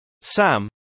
Sam